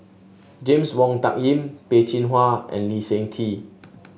James Wong Tuck Yim Peh Chin Hua and Lee Seng Tee